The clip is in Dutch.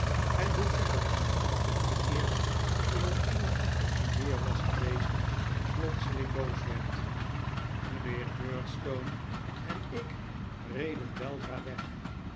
en hoe peggotty die eerst in een engelachtig humeur was geweest plotseling boos werd mijnheer murdstone en ik reden weldra weg